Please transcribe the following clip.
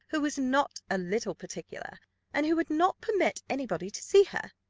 who was not a little particular and who would not permit any body to see her.